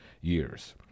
years